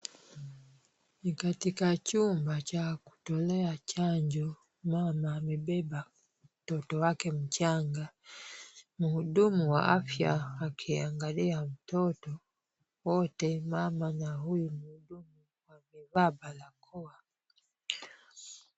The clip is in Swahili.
Ni katika chumba cha kutolea chanjo, mama amebeba mtoto wake mchanga. Mhudumu wa afya akiangalia mtoto, wote mama na huyu mhudumu wamevaa barakoa.